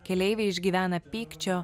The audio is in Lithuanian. keleiviai išgyvena pykčio